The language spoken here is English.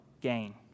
Gain